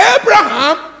Abraham